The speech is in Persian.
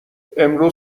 امروز